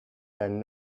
then